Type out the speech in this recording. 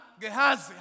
Gehazi